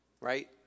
right